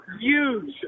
huge